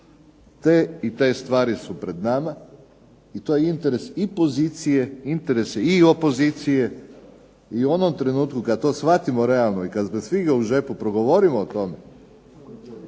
te i te stvari su pred nama. To je interes pozicije i interes opozicije i u onom trenutku kada to shvatimo realno i kada bez fige u džepu progovorimo o tome,